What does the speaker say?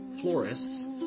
florists